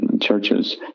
churches